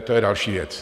To je další věc.